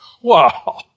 Wow